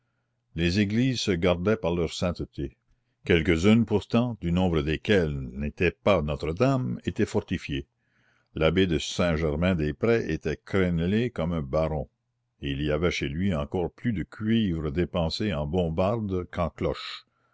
les églises se gardaient par leur sainteté quelques-unes pourtant du nombre desquelles n'était pas notre-dame étaient fortifiées l'abbé de saint-germain-des-prés était crénelé comme un baron et il y avait chez lui encore plus de cuivre dépensé en bombardes qu'en cloches